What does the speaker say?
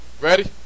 Ready